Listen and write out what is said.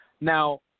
Now